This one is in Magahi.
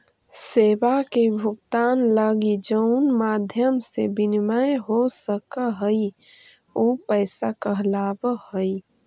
सेवा के भुगतान लगी जउन माध्यम से विनिमय हो सकऽ हई उ पैसा कहलावऽ हई